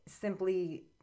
simply